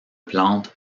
plantes